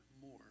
more